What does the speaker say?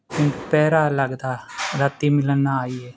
ਪਹਿਰਾ ਲੱਗਦਾ ਰਾਤੀਂ ਮਿਲਣ ਨਾ ਆਈਂ ਵੇ